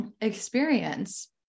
experience